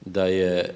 da je